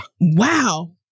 Wow